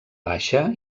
baixa